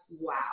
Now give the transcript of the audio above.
wow